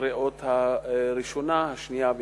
לקריאה ראשונה, שנייה ושלישית.